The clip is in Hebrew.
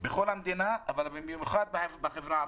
בכל המדינה, אבל במיוחד בחברה הערבית.